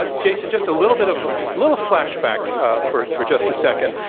ah jason, just a little bit of a little flashback for for just a second.